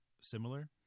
similar